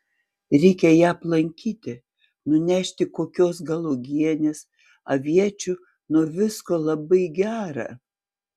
reikia ją aplankyti nunešti kokios gal uogienės aviečių nuo visko labai gera